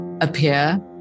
appear